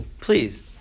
please